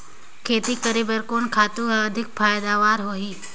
खेती करे बर कोन खातु हर अधिक फायदामंद होही?